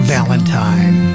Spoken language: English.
Valentine